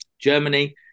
Germany